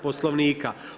Poslovnika.